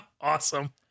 Awesome